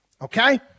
Okay